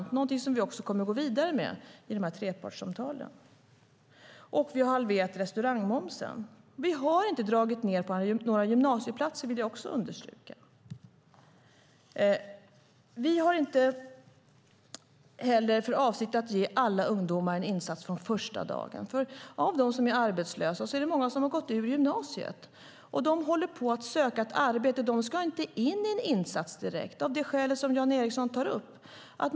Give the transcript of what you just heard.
Det är någonting som vi också kommer att gå vidare med i trepartssamtalen. Vi har halverat restaurangmomsen. Jag vill också understryka att vi inte har dragit ned på några gymnasieplatser. Vi har heller inte för avsikt att ge alla ungdomar en insats från första dagen. Av dem som är arbetslösa är det många som har gått ut gymnasiet. De håller på att söka ett arbete. De ska inte in i en insats direkt, av det skäl som Jan Ericson tar upp.